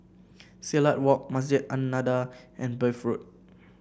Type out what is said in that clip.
Silat Walk Masjid An Nahdhah and Bath Road